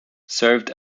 served